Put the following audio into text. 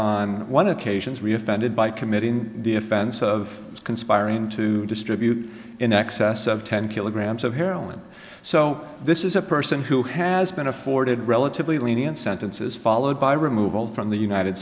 on one occasions we defended by committee in defense of conspiring to distribute in excess of ten kilograms of heroin so this is a person who has been afforded relatively lenient sentences followed by removal from the united